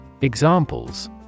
Examples